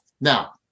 now